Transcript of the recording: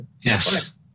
Yes